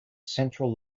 central